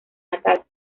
natal